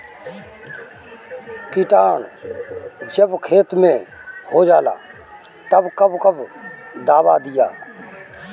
किटानु जब खेत मे होजाला तब कब कब दावा दिया?